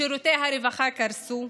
שירותי הרווחה קרסו,